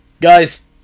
Guys